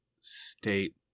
state